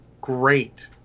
great